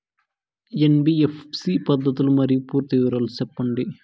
NBFC పద్ధతులు మరియు పూర్తి వివరాలు సెప్పండి?